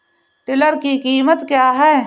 Tiller की कीमत क्या है?